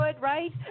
right